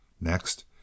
Next